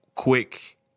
quick